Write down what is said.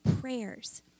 prayers